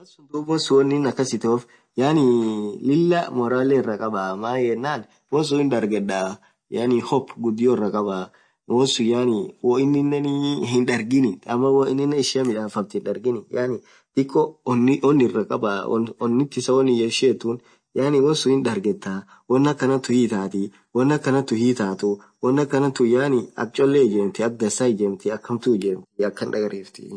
abansun wonsun wonin akhas ithoff yaani Lilah morali iraa khabaaa maan yenen wonsun hindharghedha yaani hope ghudio iraaa khabaaa wonsun yaani woo ininen hindharghin ama woo ininen ishia midhafamthu hindharghin yaani dhikko onni onn iraa khabaaa onnith isaa won ishin yethuni yaani wonsun hidharghetha won akhanathun hii itathii wonn akhanatha hii ithathu won akhanathu akha cholee ijemthii akha dhansaa ijemthi akha hamtu ijamthi akhan dhagariftii